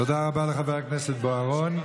תודה רבה לחבר הכנסת בוארון.